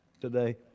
today